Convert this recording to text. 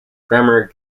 grammar